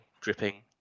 dripping